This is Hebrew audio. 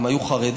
הם היו חרדים?